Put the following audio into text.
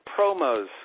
promos